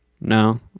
No